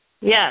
Yes